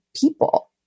people